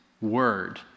word